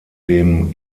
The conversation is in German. dem